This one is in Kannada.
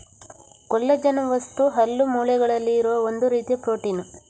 ಕೊಲ್ಲಜನ್ ವಸ್ತು ಹಲ್ಲು, ಮೂಳೆಗಳಲ್ಲಿ ಇರುವ ಒಂದು ರೀತಿಯ ಪ್ರೊಟೀನ್